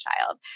child